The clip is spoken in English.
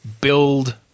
build